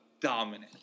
Dominant